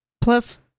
Plus